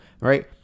right